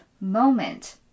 moment